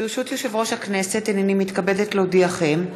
ברשות יושב-ראש הכנסת, הנני מתכבדת להודיעכם,